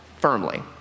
firmly